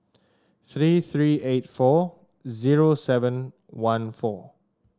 three three eight four zero seven one four